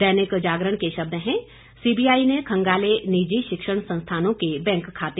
दैनिक जागरण के शब्द हैं सीबीआई ने खंगाले निजी शिक्षण संस्थानों के बैंक खाते